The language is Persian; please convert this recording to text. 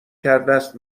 کردست